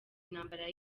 ntambara